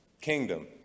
kingdom